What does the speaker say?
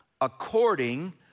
according